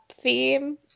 theme